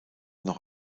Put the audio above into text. noch